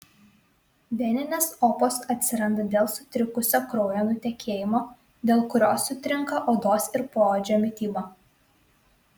veninės opos atsiranda dėl sutrikusio kraujo nutekėjimo dėl kurio sutrinka odos ir poodžio mityba